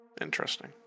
Interesting